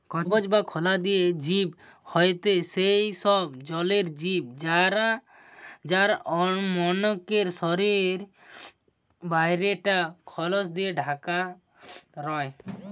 কবচ বা খলা দিয়া জিব হয়থে সেই সব জলের জিব যার মনকের শরীরের বাইরে টা খলস দিকি ঢাকা রয়